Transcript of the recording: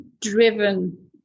driven